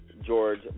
George